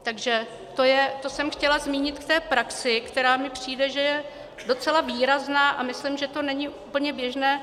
Takže to jsem chtěla zmínit k té praxi, která mi přijde, že je docela výrazná, a myslím, že to není úplně běžné.